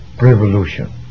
revolution